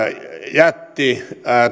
jätti